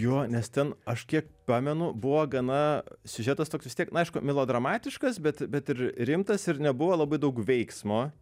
jo nes ten aš kiek pamenu buvo gana siužetas toks vis tiek na aišku melodramatiškas bet bet ir rimtas ir nebuvo labai daug veiksmo